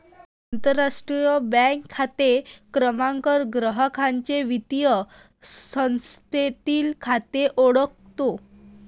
आंतरराष्ट्रीय बँक खाते क्रमांक ग्राहकाचे वित्तीय संस्थेतील खाते ओळखतो